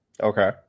Okay